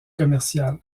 commerciale